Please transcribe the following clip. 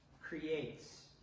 creates